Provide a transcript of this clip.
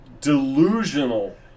delusional